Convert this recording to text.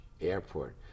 Airport